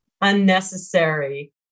unnecessary